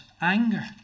anger